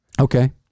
Okay